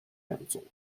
council